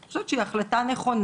אני חושבת שהיא החלטה נכונה,